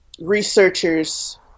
researchers